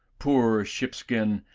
poor shipskin,